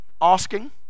asking